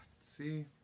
See